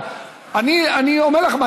אני אומר לכם,